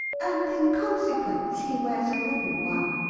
and, in consequence, he wears a wooden one.